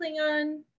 Klingon